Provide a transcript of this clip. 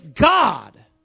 God